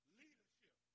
leadership